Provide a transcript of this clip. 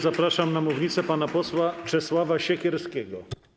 Zapraszam na mównicę pana posła Czesława Siekierskiego.